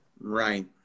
Right